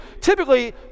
typically